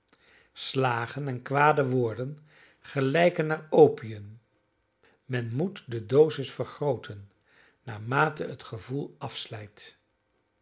slagen en kwade woorden gelijken naar opium men moet de dosis vergrooten naarmate het gevoel afslijt